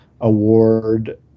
award